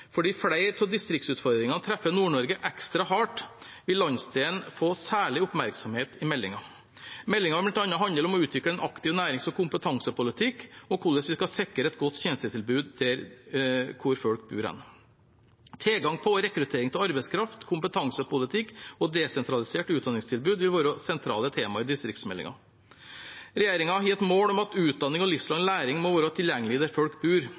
Fordi flere av distriktsutfordringene treffer Nord-Norge ekstra hardt, vil landsdelen få særlig oppmerksomhet i meldingen. Meldingen vil bl.a. handle om å utvikle en aktiv nærings- og kompetansepolitikk og hvordan vi skal sikre et godt tjenestetilbud der hvor folk bor. Tilgang på og rekruttering av arbeidskraft, kompetansepolitikk og desentralisert utdanningstilbud vil være sentrale temaer i distriktsmeldingen. Regjeringen har et mål om at utdanning og livslang læring må være tilgjengelig der folk bor.